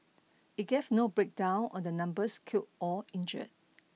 it gave no breakdown on the numbers killed or injured